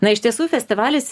na iš tiesų festivalis